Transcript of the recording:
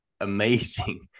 amazing